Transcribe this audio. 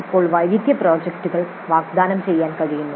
ഇപ്പോൾ വൈവിധ്യപ്രോജക്റ്റുകൾ വാഗ്ദാനം ചെയ്യാൻ കഴിയുന്നു